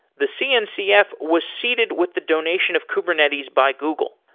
the cncf was seated with the donation of kubernetes by google,